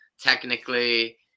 technically